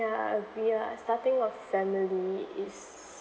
ya we are starting a family is